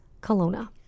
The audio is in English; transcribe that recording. Kelowna